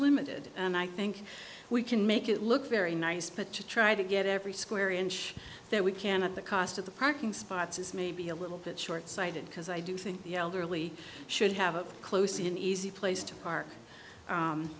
limited and i think we can make it look very nice but to try to get every square inch that we can at the cost of the parking spots is maybe a little bit shortsighted because i do think the elderly should have a close an easy place to park